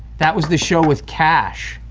that was the show with kash.